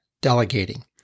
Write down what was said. delegating